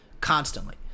constantly